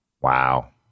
Wow